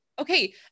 Okay